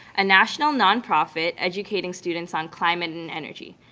a national nonprofit, educating students on climate and energy.